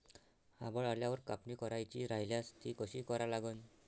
आभाळ आल्यावर कापनी करायची राह्यल्यास ती कशी करा लागन?